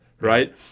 right